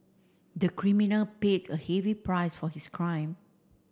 the criminal paid a heavy price for his crime